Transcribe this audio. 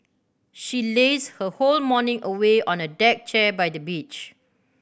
she lazed her whole morning away on a deck chair by the beach